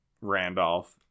Randolph